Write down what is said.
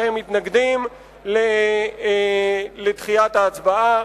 שהם מתנגדים לדחיית ההצבעה.